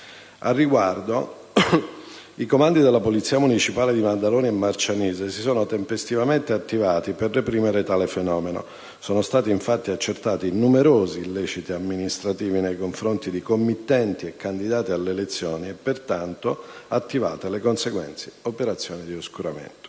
Al riguardo i comandi della polizia municipale di Maddaloni e Marcianise si sono tempestivamente attivati per reprimere tale fenomeno. Sono stati infatti accertati numerosi illeciti amministrativi nei confronti di committenti e candidati alle elezioni e, pertanto, attivate le conseguenti operazioni di oscuramento.